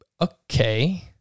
Okay